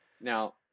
now